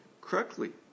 correctly